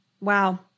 Wow